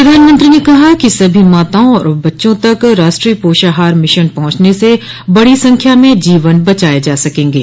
प्रधानमंत्री ने कहा कि सभी माताओं और बच्चों तक राष्ट्रीय पोषाहार मिशन पहंचने से बड़ो संख्या में जीवन बचाये जा सकेंगे